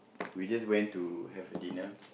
we just went to have a dinner